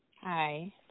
Hi